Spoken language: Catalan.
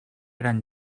eren